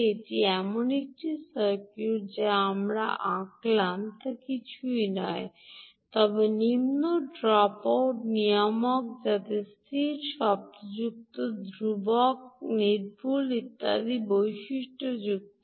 এটি এমন একটি সার্কিট যা আমরা আঁকলাম তা কিছুই নয় তবে নিম্ন ড্রপআউট নিয়ামক যাতে স্থির শব্দমুক্ত ধ্রুবক নির্ভুল ইত্যাদি বৈশিষ্ট্যযুক্ত